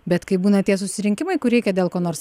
bet kai būna tie susirinkimai kur reikia dėl ko nors